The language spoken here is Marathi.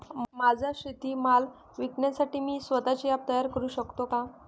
माझा शेतीमाल विकण्यासाठी मी स्वत:चे ॲप तयार करु शकतो का?